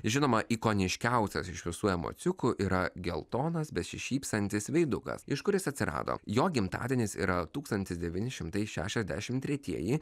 žinoma ikoniškiausias iš visų emociukų yra geltonas besišypsantis veidukas iš kur jis atsirado jo gimtadienis yra tūkstantis devyni šimtai šešiasdešimt tretieji